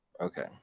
Okay